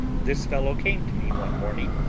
this fellow came to me one morning,